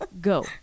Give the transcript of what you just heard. Go